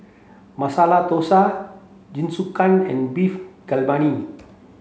Masala Dosa Jingisukan and Beef Galbini